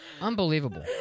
Unbelievable